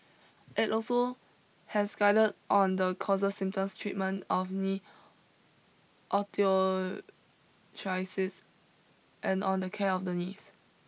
it also has guided on the causes symptoms treatment of knee osteoarthritis and on the care of the knees